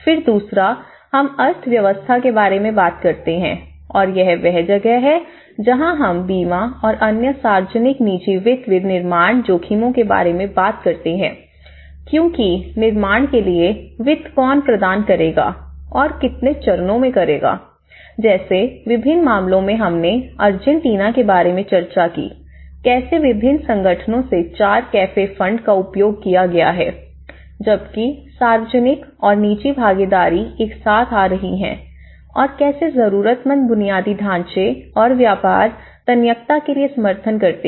फिर दूसरा हम अर्थव्यवस्था के बारे में बात करते हैं और यह वह जगह है जहाँ हम बीमा और अन्य सार्वजनिक निजी वित्त निर्माण जोखिमों के बारे में बात करते हैं क्योंकि निर्माण के लिए वित्त कौन प्रदान करेगा और कितने चरणों में करेगा जैसे विभिन्न मामलों में हमने अर्जेंटीना के बारे में चर्चा की कैसे विभिन्न संगठनों से चार कैफे फंड का उपयोग किया गया है जबकि सार्वजनिक और निजी भागीदारी एक साथ आ रही हैं और कैसे जरूरतमंद बुनियादी ढांचे और व्यापार तन्यकता के लिए समर्थन करते हैं